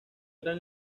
gran